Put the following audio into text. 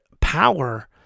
power